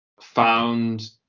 found